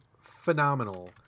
phenomenal